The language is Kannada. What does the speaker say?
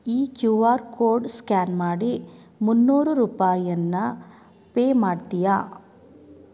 ಈ ಕ್ಯೂ ಆರ್ ಕೋಡ್ ಸ್ಕ್ಯಾನ್ ಮಾಡಿ ಮುನ್ನೂರು ರೂಪಾಯನ್ನ ಪೇ ಮಾಡ್ತಿಯಾ